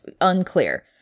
Unclear